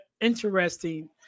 interesting